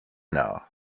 now